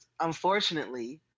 unfortunately